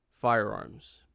firearms